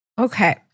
Okay